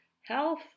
health